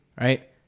right